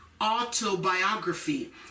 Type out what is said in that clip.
autobiography